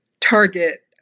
target